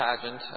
pageant